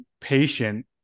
patient